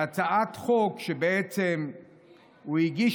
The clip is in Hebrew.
בהצעת חוק שבעצם הוא הגיש